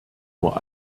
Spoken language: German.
nur